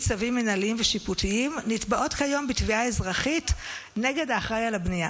צווים מינהליים ושיפוטיים נתבעות כיום בתביעה אזרחית נגד האחראי לבנייה.